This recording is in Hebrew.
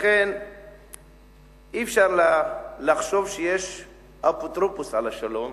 לכן אי-אפשר לחשוב שיש אפוטרופוס על השלום,